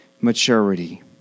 maturity